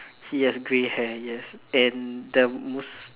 he has grey hair yes and the mus~ the